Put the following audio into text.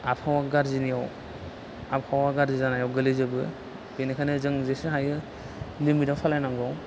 आबहावा गाज्रिनियाव आबहावा गाज्रि जानायाव गोलैजोबो बेनिखायनो जों जेसे हायो लिमिटआव सालायनांगौ